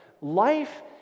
life